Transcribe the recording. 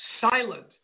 silent